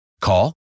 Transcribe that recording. Call